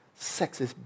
sexist